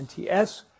NTS